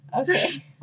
Okay